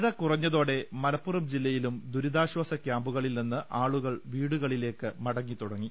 മഴ കുറഞ്ഞതോടെ മലപ്പുറം ജില്ലയിലും ദുരിതാശ്വാസ ക്യാമ്പുകളിൽ നിന്ന് ആളുകൾ വീടുകളിലേക്ക് മടങ്ങിത്തുടങ്ങി